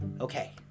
Okay